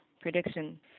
prediction